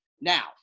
now